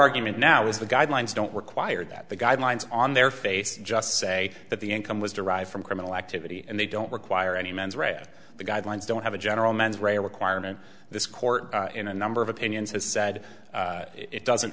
argument now is the guidelines don't require that the guidelines on their face just say that the income was derived from criminal activity and they don't require any mens read the guidelines don't have a general mens rea requirement this court in a number of opinions has said it doesn't